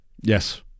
Yes